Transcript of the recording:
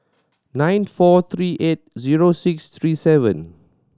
eight four three eight zero six three seven